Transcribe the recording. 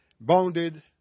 bounded